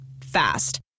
Fast